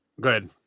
good